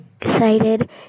excited